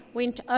went